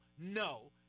no